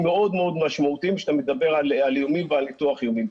מאוד משמעותיים כשאתה מדבר על איומים ועל ניתוח אירועים.